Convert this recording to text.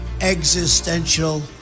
existential